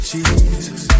Jesus